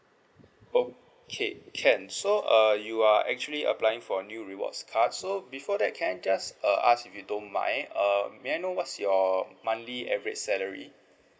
okay can so uh you are actually applying for a new rewards card so before that can I just uh ask you if you don't mind err may I know what's your monthly average salary